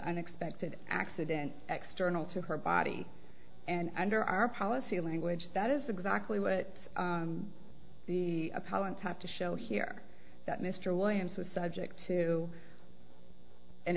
unexpected accident external to her body and under our policy language that is exactly what the apollo on top to show here that mr williams was subject to an